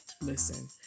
Listen